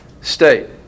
state